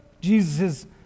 Jesus